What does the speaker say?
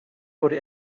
wurde